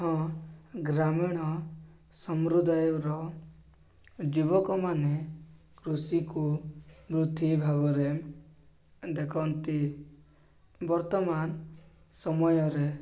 ହଁ ଗ୍ରାମୀଣ ସମୁଦାୟର ଯୁବକମାନେ କୃଷିକୁ ବୃତ୍ତି ଭାବରେ ଦେଖନ୍ତି ବର୍ତ୍ତମାନ ସମୟରେ